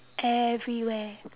everywhere